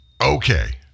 Okay